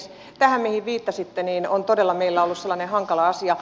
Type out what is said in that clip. tämä mihin viittasitte on todella meillä ollut sellainen hankala asia